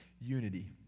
unity